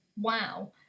Wow